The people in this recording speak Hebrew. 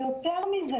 יותר מזה,